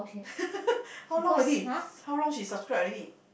how long already how long she subscribe already